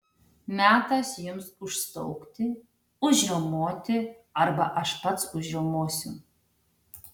metas jums užstaugti užriaumoti arba aš pats užriaumosiu